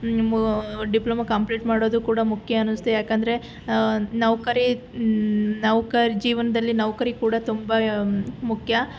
diploma complete ಮಾಡೋದು ಕೂಡ ಮುಖ್ಯ ಅನ್ನಿಸ್ತು ಯಾಕೆಂದರೆ ನೌಕರಿ ನೌಕರಿ ಜೀವನದಲ್ಲಿ ನೌಕರಿ ಕೂಡ ತುಂಬ ಮುಖ್ಯ